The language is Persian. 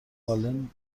بالن